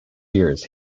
years